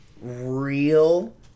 real